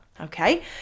Okay